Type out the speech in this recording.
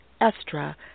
Estra